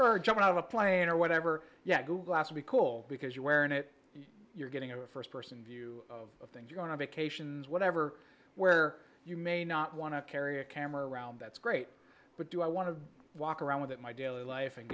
john out of a plane or whatever yeah glass to be cool because you're wearing it you're getting a first person view of things going on vacation whatever where you may not want to carry a camera around that's great but do i want to walk around with it my daily life and